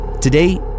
Today